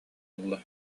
ылла